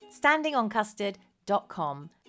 Standingoncustard.com